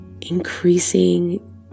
increasing